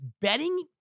betting